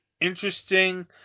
interesting